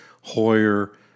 Hoyer